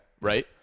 Right